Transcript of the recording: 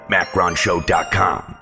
MacronShow.com